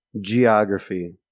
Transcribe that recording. geography